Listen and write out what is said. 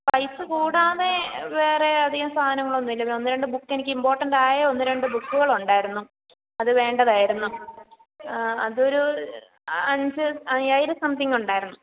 പൈസ കൂടാതെ വേറെ അധികം സാധനങ്ങളൊന്നും ഇല്ല പിന്നൊന്ന് രണ്ട് ബുക്കെനിക്ക് ഇപോർട്ടൻറ്റായ ഒന്ന് രണ്ട് ബുക്കുകളുണ്ടായിരുന്നു അത് വേണ്ടതായിരുന്നു അതൊരു അഞ്ച് അയ്യായിരം സംത്തിങ്ങുണ്ടായിരുന്നു